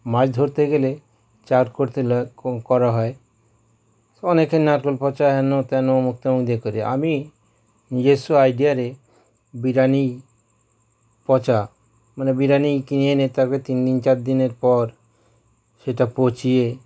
মাছ ধরতে গেলে চার করতে করা হয় সে অনেকে নারকেল পচা হেন তেন ওমুক তমুক করি আমি নিজেস্ব আইডিয়ায় বিরিয়ানি পচা মানে বিরিয়ানি কিনে এনে তাকে তিন দিন চার দিনের পর সেটা পচিয়ে